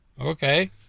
Okay